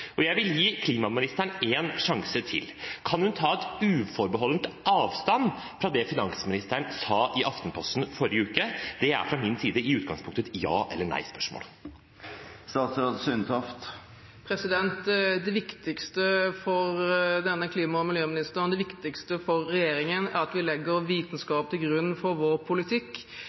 Jeg vil gi klimaministeren én sjanse til: Kan hun ta uforbeholden avstand fra det finansministeren sa i Aftenposten i forrige uke? Det er fra min side i utgangspunktet et ja- eller nei-spørsmål. Det viktigste for denne klima- og miljøministeren og det viktigste for regjeringen er at vi legger